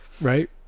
right